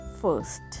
first